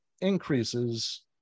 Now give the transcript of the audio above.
increases